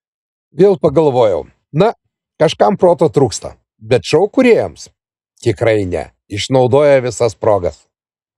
vėl pagalvojau na kažkam proto trūksta bet šou kūrėjams tikrai ne išnaudoja visas progas